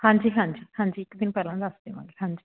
ਹਾਂਜੀ ਹਾਂਜੀ ਹਾਂਜੀ ਇੱਕ ਦਿਨ ਪਹਿਲਾਂ ਦੱਸ ਦੇਵਾਂਗੇ ਹਾਂਜੀ